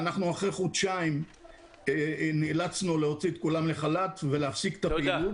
ואנחנו אחרי חודשיים נאלצנו להוציא את כולם לחל"ת ולהפסיק את הפעילות.